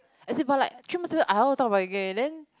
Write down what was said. as in for like three month I won't talk about it again then